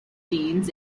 genes